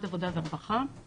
לאחל לך ברכה והצלחה בתפקידך